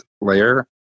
layer